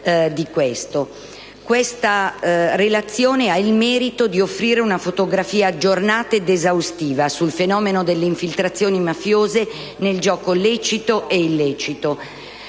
antimafia ha il merito di offrire una fotografia aggiornata ed esaustiva sul fenomeno delle infiltrazioni mafiose nel gioco lecito e illecito.